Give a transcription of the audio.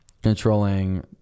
controlling